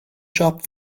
siop